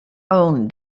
own